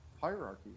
hierarchy